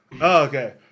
Okay